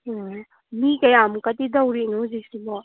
ꯎꯝ ꯃꯤ ꯀꯌꯥꯃꯨꯛꯀꯗꯤ ꯇꯧꯔꯤꯅꯣ ꯍꯧꯖꯤꯛꯁꯤꯕꯣ